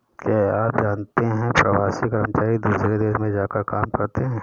क्या आप जानते है प्रवासी कर्मचारी दूसरे देश में जाकर काम करते है?